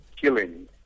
killing